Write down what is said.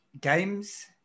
games